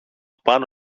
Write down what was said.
πάνω